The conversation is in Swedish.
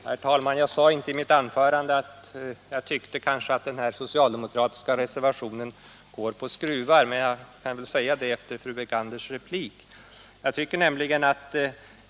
: Herr talman! I mitt förra anförande sade jag inte att jag tyckte att den socialdemokratiska reservationen går på skruvar, men efter fru Berganders replik kan jag väl säga det.